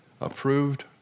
Approved